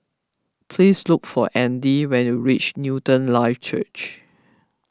please look for andy when you reach Newton Life Church